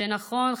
שנכון,